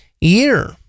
year